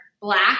Black